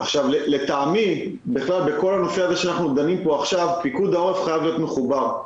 לדעתי בכל הנושא שאנחנו בו עכשיו פיקוד העורף חייב להיות מחובר.